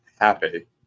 happy